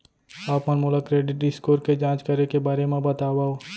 आप मन मोला क्रेडिट स्कोर के जाँच करे के बारे म बतावव?